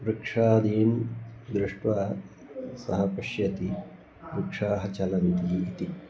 वृक्षादीं दृष्ट्वा सः पश्यति वृक्षाः चलन्ति इति